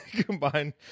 combined